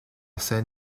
scène